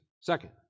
Second